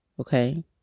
Okay